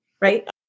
right